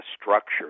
structure